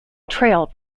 trail